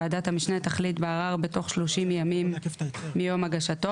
ועדת המשנה תחליט בערר בתוך שלושים ימים מיום הגשתו,